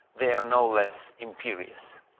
they are no less imperious.